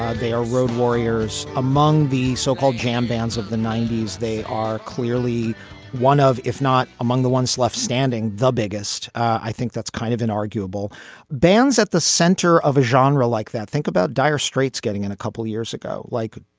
they are road warriors. among the so-called jam bands of the ninety s, they are clearly one of, if not among the ones left standing the biggest i think that's kind of an arguable band's at the center of a genre like that. think about dire straits getting in a couple years ago. like,